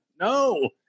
No